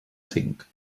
cinc